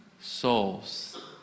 Souls